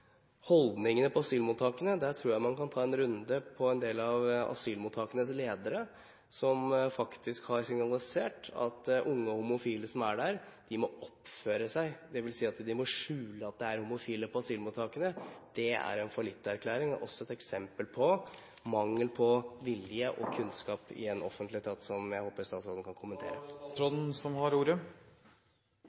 holdningene på asylmottakene, tror jeg man kan ta en runde med en del av asylmottakenes ledere, som faktisk har signalisert at unge homofile som er der, må oppføre seg – dvs. at de må skjule at det er homofile på asylmottakene. Det er en fallitterklæring, og også et eksempel på mangel på vilje og kunnskap i en offentlig etat, som jeg håper statsråden kan